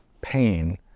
pain